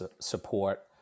support